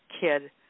kid